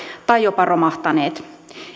tai jopa romahtaneet